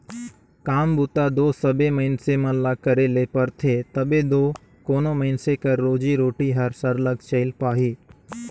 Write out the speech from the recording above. काम बूता दो सबे मइनसे मन ल करे ले परथे तबे दो कोनो मइनसे कर रोजी रोटी हर सरलग चइल पाही